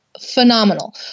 phenomenal